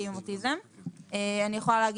אמרנו שלא.